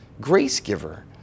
grace-giver